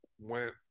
went